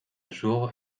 jour